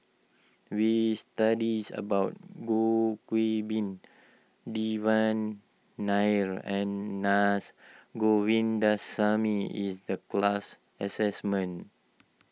we studied about Goh Qiu Bin Devan Nair and Naa Govindasamy in the class assignment